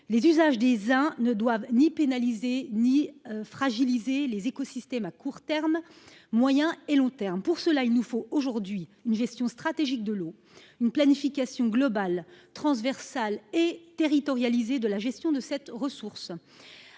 Les usages des uns ne doivent ni pénaliser les autres ni fragiliser les écosystèmes à court, moyen et long termes. Pour cela, il nous faut aujourd'hui une gestion stratégique de l'eau, une planification globale, transversale et territorialisée de la gestion de cette ressource.